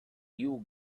you